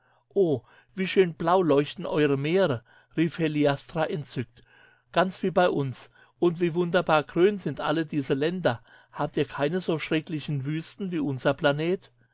o wie schön blau leuchten eure meere rief heliastra entzückt ganz wie bei uns und wie wunderbar grün sind alle diese länder habt ihr keine so schrecklichen wüsten wie unser planet